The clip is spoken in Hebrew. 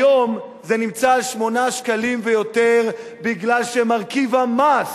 היום זה נמצא על 8 שקלים ויותר כי מרכיב המס,